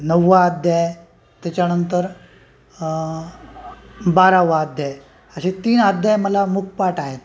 नववा अध्याय त्याच्यानंतर बारावा अध्याय असे तीन अध्याय मला मुक पाठ आहेत